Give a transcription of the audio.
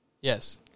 Yes